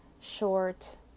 short